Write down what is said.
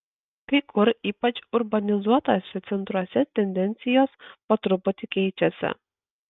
kai kur ypač urbanizuotuose centruose tendencijos po truputį keičiasi